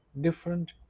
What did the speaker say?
different